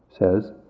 says